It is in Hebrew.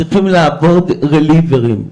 צריכים לעבוד רליוורים.